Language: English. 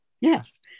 yes